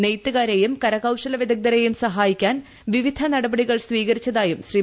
നെയ്ത്തുകാരേയും കരകൌശല വിദഗ്ധരേയും സഹായിക്കാൻ വിവിധ നടപടികൾ സ്വീകരിച്ചതായും ശ്രീ